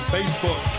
Facebook